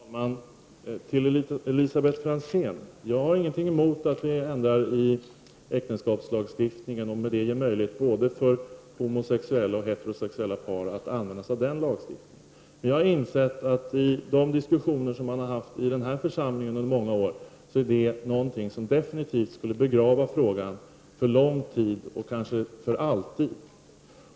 Fru talman! Till Elisabet Franzén: Jag har ingenting emot att man ändrar i äktenskapslagstiftningen, om det ger möjlighet för både heterosexuella och homosexuella par att använda sig av lagstiftningen. Men jag har insett av de diskussioner som har förts i denna församling under många år att det är något som definitivt skulle begrava frågan för lång tid, kanske för alltid.